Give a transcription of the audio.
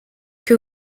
que